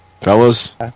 Fellas